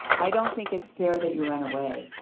i don't think it's fair that you run away